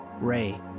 Ray